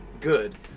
good